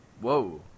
Whoa